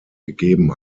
gegeben